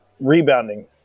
rebounding